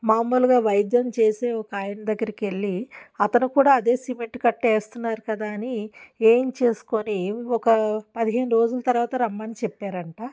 మామూలుగా వైద్యం చేసే ఒక ఆయన దగ్గరకి వెళ్ళి అతను కూడా అదే సిమెంట్ కట్టు వేస్తున్నారు కదా అని వేయించేసుకొని ఒక పదిహేను రోజుల తర్వాత రమ్మని చెప్పారంట